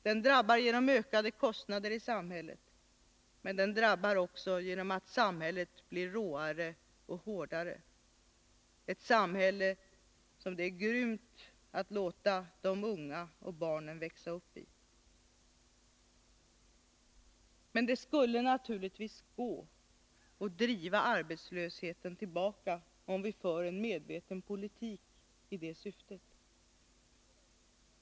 Den drabbar genom ökade kostnader i samhället men också genom att samhället blir råare och hårdare, ett samhälle som det är grymt att låta barnen och de unga växa upp i. Men det skulle naturligtvis kunna gå att driva arbetslösheten tillbaka, om vi förde en medveten politik i detta syfte.